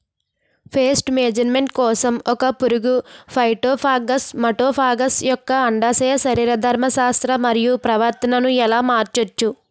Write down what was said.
Paste management కోసం ఒక పురుగు ఫైటోఫాగస్హె మటోఫాగస్ యెక్క అండాశయ శరీరధర్మ శాస్త్రం మరియు ప్రవర్తనను ఎలా మార్చచ్చు?